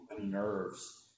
nerves